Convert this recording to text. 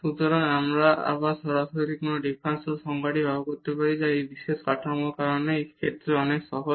সুতরাং আবার আমরা সরাসরি এই ডিফারেনশিবিলিটির সংজ্ঞাটি ব্যবহার করতে পারি যা এই বিশেষ কাঠামোর কারণে এই ক্ষেত্রে অনেক সহজ